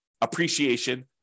appreciation